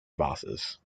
vases